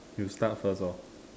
you start first hor